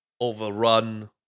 overrun